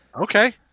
Okay